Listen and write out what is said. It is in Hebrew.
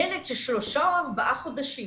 ילד ששלושה או ארבעה חודשים